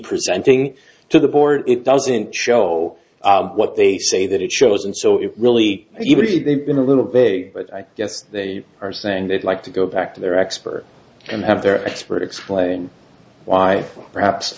presenting to the board it doesn't show what they say that it shows and so it really even if they've been a little big but i guess they are saying they'd like to go back to their expert and have their expert explain why perhaps